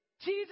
Jesus